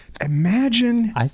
Imagine